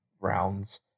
rounds